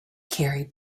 carried